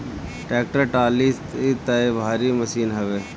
tractor trolley तअ भारी machine हवे